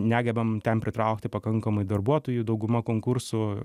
negebame ten pritraukti pakankamai darbuotojų dauguma konkursų